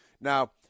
Now